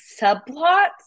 subplots